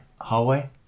hallway